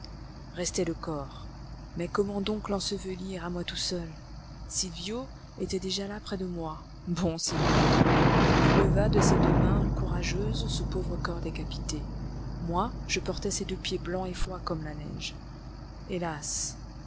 restait le corps mais comment donc l'ensevelir à moi tout seul sylvio était déjà là près de moi bon sylvio il leva de ses deux mains courageuses ce pauvre corps décapité moi je portais ces deux pieds blancs et froids comme la neige hélas